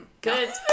Good